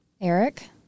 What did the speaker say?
Eric